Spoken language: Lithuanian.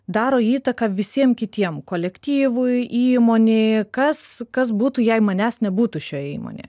daro įtaką visiem kitiem kolektyvui įmonei kas kas būtų jei manęs nebūtų šioj įmonėje